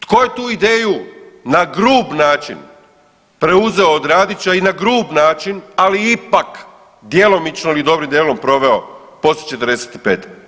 Tko je tu ideju na grub način preuzeo od Radića i na grub način, ali ipak djelomično ili dobrim dijelom proveo poslije '45.